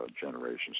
generations